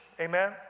amen